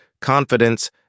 confidence